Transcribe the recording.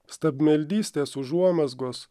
stabmeldystės užuomazgos